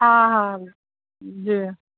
हा हा जी